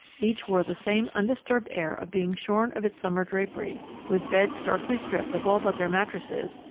each wore the same undisturbed air of being shorn of its summer drapery, with beds starkly stripped of all but their mattresses,